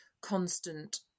constant